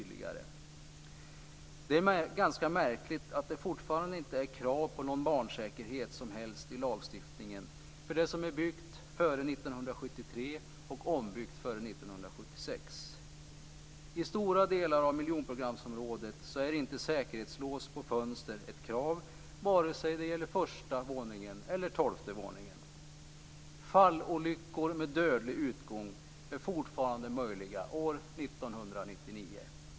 Det är ganska märkligt att det fortfarande inte är något som helst krav på barnsäkerhet i lagstiftningen för det som är nybyggt före 1973 och ombyggt före 1976. I stora delar av miljonprogramsområdet är det inte krav på säkerhetslås på fönster vare sig det gäller första eller tolfte våningen. Fallolyckor med dödlig utgång är möjliga fortfarande år 1999.